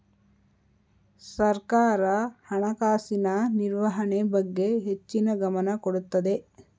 ಸರ್ಕಾರ ಹಣಕಾಸಿನ ನಿರ್ವಹಣೆ ಬಗ್ಗೆ ಹೆಚ್ಚಿನ ಗಮನ ಕೊಡುತ್ತದೆ